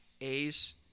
A's